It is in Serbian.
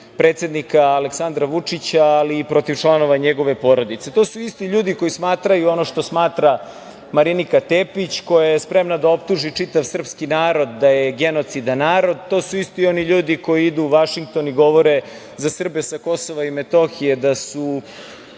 predsednika Aleksandra Vučića, ali i protiv članova njegove porodice. To su isti ljudi koji smatraju ono što smatra Marinika Tepić, koja je spremna da optuži čitav srpski narod da je genocidan narod. To su isti oni ljudi koji idu u Vašington i govore za Srbe sa Kosova i Metohije da su